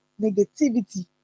negativity